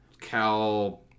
Cal